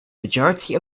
majority